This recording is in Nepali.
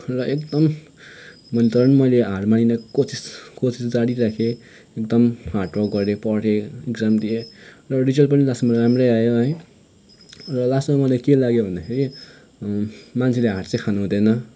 र एकदम मैले तर पनि मैले हार मानिनँ कोसिस कोसिस जारी राखेँ एकदम हार्ड वर्क गरेँ पढेँ इक्जाम दिएँ र रिजल्ट पनि लास्टमा राम्रै आयो है र लास्टमा मलाई के लाग्यो भन्दाखेरि मान्छेले हार चाहिँ खानु हुँदैन